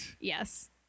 Yes